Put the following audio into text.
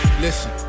listen